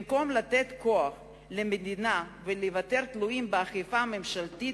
במקום לתת כוח למדינה ולהיוותר תלויים באכיפת החקיקה הממשלתית,